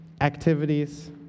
activities